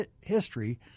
history